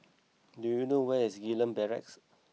do you know where is Gillman Barracks